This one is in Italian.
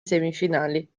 semifinali